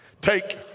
take